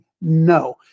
no